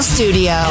Studio